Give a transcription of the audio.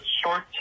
Short